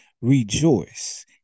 rejoice